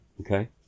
Okay